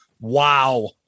Wow